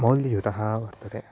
मौल्ययुतः वर्तते